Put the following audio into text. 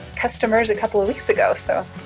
customers a couple of weeks ago, so,